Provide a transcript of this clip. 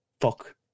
Fuck